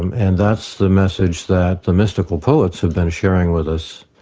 um and that's the message that the mystical poets have been sharing with us